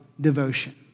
devotion